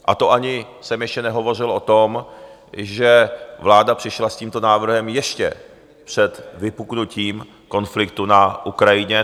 A to ani jsem ještě nehovořil o tom, že vláda přišla s tímto návrhem ještě před vypuknutím konfliktu na Ukrajině.